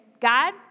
God